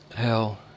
Hell